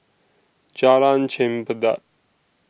Jalan Chempedak